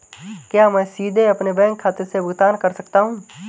क्या मैं सीधे अपने बैंक खाते से भुगतान कर सकता हूं?